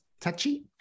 touchy